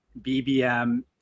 bbm